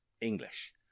English